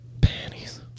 panties